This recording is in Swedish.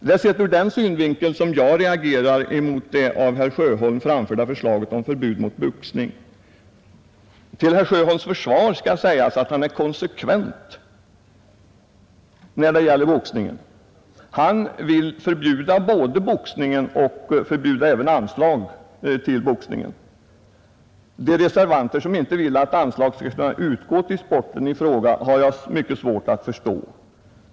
Det är sett ur den synvinkeln som jag reagerar mot det av herr Sjöholm framförda förslaget om förbud mot boxning. Till herr Sjöholms försvar skall sägas att han är konsekvent; han vill både förbjuda boxningen och förhindra att anslag utgår till den. De reservanter som inte vill att anslag skall utgå till sporten i fråga har jag svårt att förstå.